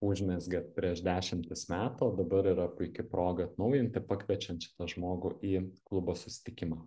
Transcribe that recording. užmezgėt prieš dešimtis metų o dabar yra puiki proga atnaujinti pakviečiant šitą žmogų į klubo susitikimą